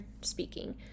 speaking